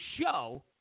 show